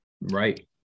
right